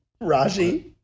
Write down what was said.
Raji